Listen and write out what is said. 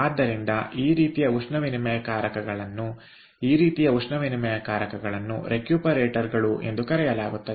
ಆದ್ದರಿಂದ ಈ ರೀತಿಯ ಉಷ್ಣವಿನಿಮಯಕಾರಕಗಳನ್ನು ಈ ರೀತಿಯ ಉಷ್ಣವಿನಿಮಯಕಾರಕಗಳನ್ನು ರೆಕ್ಯೂಪರೇಟರ್ ಗಳು ಎಂದು ಕರೆಯಲಾಗುತ್ತದೆ